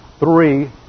three